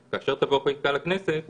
-- כאשר תבוא החקיקה לכנסת,